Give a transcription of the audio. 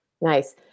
nice